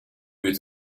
with